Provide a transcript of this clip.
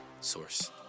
Source